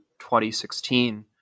2016